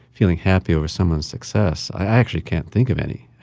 feeling happy over someone's success, i actually can't think of any